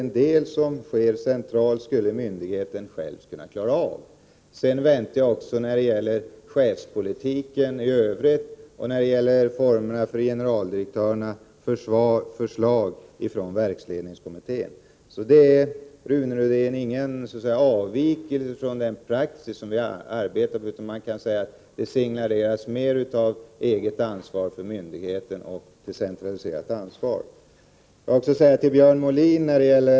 En del som sker centralt skulle myndigheten själv kunna klara av. Vidare väntar jag förslag från verksledningskommittén också när det gäller chefspolitiken i övrigt och när det gäller formerna för tillsättande av generaldirektörer. Det är, Rune Rydén, ingen avvikelse från svensk praxis. Jag vill också säga några ord till Björn Molin.